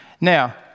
Now